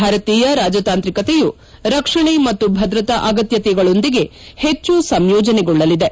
ಭಾರತೀಯ ರಾಜತಾಂತ್ರಿಕತೆಯು ರಕ್ಷಣೆ ಮತ್ತು ಭದ್ರತಾ ಅಗತ್ಯತೆಗಳೊಂದಿಗೆ ಪೆಚ್ಚು ಸಂಯೋಜನೆಗೊಳ್ಳಲಿದೆ